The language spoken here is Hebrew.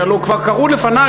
כי הלוא כבר קראו לפני,